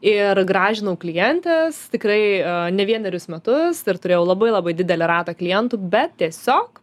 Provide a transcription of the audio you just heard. ir gražinau klientes tikrai ne vienerius metus ir turėjau labai labai didelį ratą klientų bet tiesiog